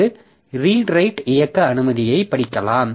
அவை read write இயக்க அனுமதிகளை படிக்கலாம்